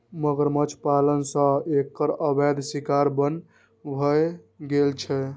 मगरमच्छ पालन सं एकर अवैध शिकार बन्न भए गेल छै